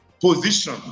position